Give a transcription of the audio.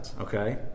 okay